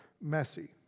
messy